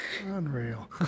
Unreal